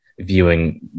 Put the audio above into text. viewing